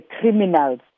criminals